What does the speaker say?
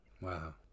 wow